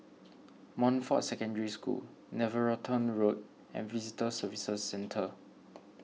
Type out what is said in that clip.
Montfort Secondary School Netheravon Road and Visitor Services Centre